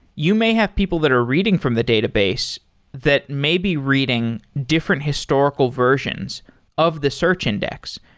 you may have people that are reading from the database that may be reading different historical versions of the search index.